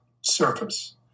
surface